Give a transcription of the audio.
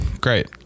Great